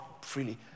freely